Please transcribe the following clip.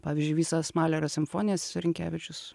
pavyzdžiui visas malerio simfonijas rinkevičius